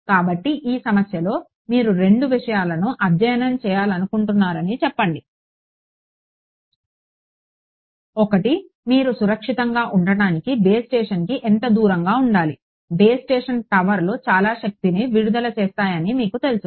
కాబట్టి ఈ సమస్యలో మీరు రెండు విషయాలను అధ్యయనం చేయాలనుకుంటున్నారని చెప్పండి ఒకటి మీరు సురక్షితంగా ఉండటానికి బేస్ స్టేషన్కి ఎంత దగ్గరగా ఉండాలి బేస్ స్టేషన్ల టవర్లు చాలా శక్తిని విడుదల చేస్తాయని మీకు తెలుసు